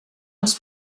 els